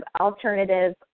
alternative